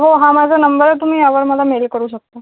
हो हा माझा नंबर तुम्ही यावर मला मेल करू शकता